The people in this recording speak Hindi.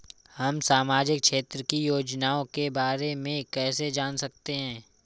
हम सामाजिक क्षेत्र की योजनाओं के बारे में कैसे जान सकते हैं?